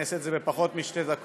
אני אעשה את זה בפחות משתי דקות,